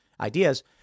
ideas